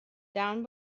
down